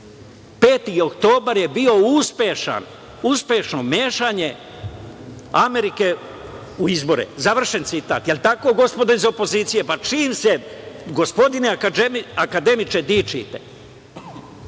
oktobar je bio uspešan, uspešno mešanje Amerike u izbore“, završen citat. Da li je tako, gospodo iz opozicije? Pa čim se, gospodine akademiče, dičite? Ja